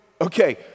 Okay